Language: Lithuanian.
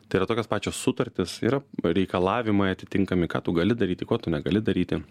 tai yra tokios pačios sutartys yra reikalavimai atitinkami ką tu gali daryti ko tu negali daryti